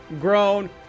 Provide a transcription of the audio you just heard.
grown